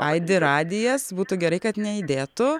aidi radijas būtų gerai kad neaidėtų